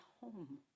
home